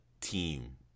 team